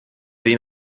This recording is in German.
den